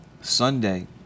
Sunday